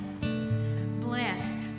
Blessed